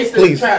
please